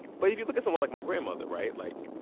but if you look at someone like my grandmother right? like,